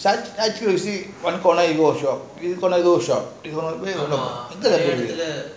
shop shop